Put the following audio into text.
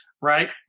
right